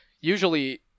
usually